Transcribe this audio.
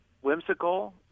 whimsical